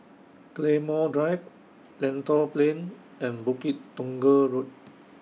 Claymore Drive Lentor Plain and Bukit Tunggal Road